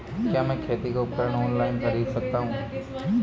क्या मैं खेती के उपकरण ऑनलाइन खरीद सकता हूँ?